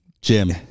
Jim